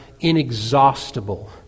inexhaustible